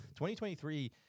2023